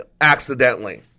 accidentally